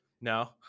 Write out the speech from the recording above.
No